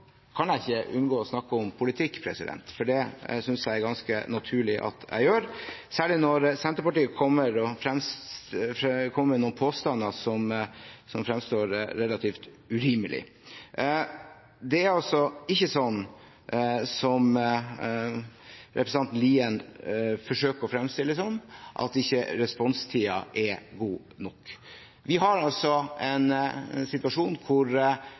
kan jeg ikke unngå å snakke om politikk, for det synes jeg det er ganske naturlig at jeg gjør, særlig når Senterpartiet kommer med noen påstander som fremstår som relativt urimelige. Det er altså ikke sånn som representanten Lien forsøker å fremstille det, at ikke responstiden er god nok. Vi har en situasjon hvor